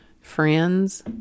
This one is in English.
friends